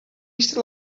eistedd